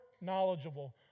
knowledgeable